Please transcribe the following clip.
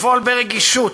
לפעול ברגישות,